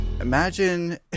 imagine